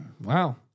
Wow